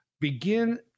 begin